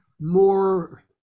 more